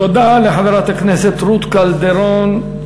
תודה לחברת הכנסת רות קלדרון.